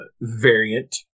variant